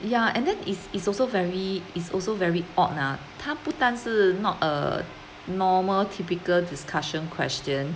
ya and then is is also very is also very odd ah 它不但是 not a normal typical discussion question